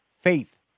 faith